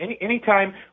anytime